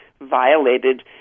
violated